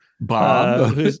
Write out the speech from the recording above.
Bob